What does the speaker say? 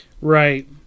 Right